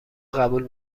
قبول